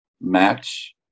match